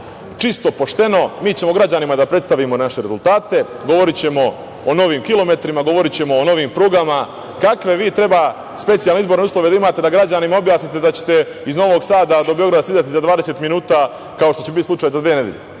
čisto, pošteno. Mi ćemo građanima da predstavimo naše rezultate. Govorićemo o novim kilometrima, govorićemo o novim prugama. Kakve vi treba specijalne izborne uslove da imate da građanima objasnite da ćete iz Novog Sada do Beograda stizati za 20 minuta kao što će biti slučaj za dve nedelje?